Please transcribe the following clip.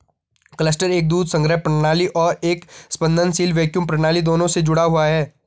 cluster एक दूध संग्रह प्रणाली और एक स्पंदनशील वैक्यूम प्रणाली दोनों से जुड़ा हुआ है